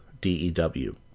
D-E-W